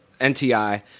NTI